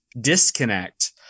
disconnect